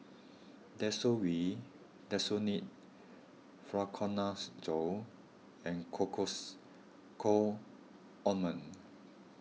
Desowen Desonide Fluconazole and Cocois Co Ointment